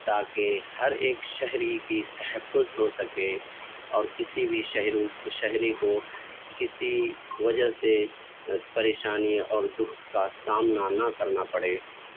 تاکہ ہر ایک شہری کی تحفظ ہو سکے اور کسی بھی شہر شہری کو کسی وجہ سے پریشانی اور دکھ کا سامنا نہ کرنا پڑے